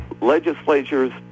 legislatures